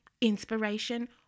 inspiration